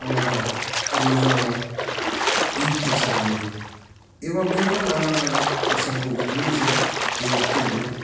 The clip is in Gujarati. અમારા રોઝામાં ઈદ પ્રસંગે એવા કોઈપણ નાના નાના પ્રસંગો ઉજવે છે એ વખતે અમે